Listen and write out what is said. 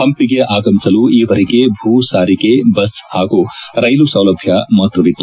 ಪಂಪಿಗೆ ಆಗಮಿಸಲು ಈವರೆಗೆ ಭೂ ಸಾರಿಗೆ ಬಸ್ ಹಾಗೂ ರೈಲುಸೌಲಭ್ಯ ಮಾತ್ರವಿತ್ತು